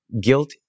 guilt